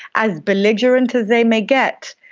as belligerent as they may get,